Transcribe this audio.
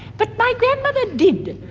but my grandmother did.